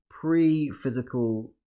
pre-physical